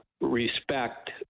respect